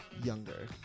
Younger